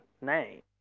name